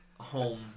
home